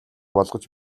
болгож